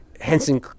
Henson